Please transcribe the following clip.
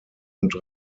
und